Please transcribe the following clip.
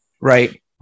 Right